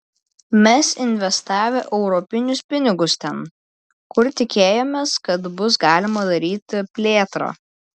mes investavę europinius pinigus ten kur tikėjomės kad bus galima daryti plėtrą